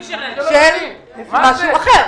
משהו אחר.